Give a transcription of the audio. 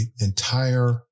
entire